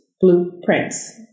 blueprints